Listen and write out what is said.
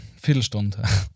Viertelstunde